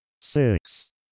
six